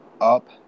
up